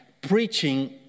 Preaching